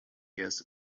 guest